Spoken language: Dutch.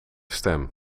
stem